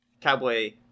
cowboy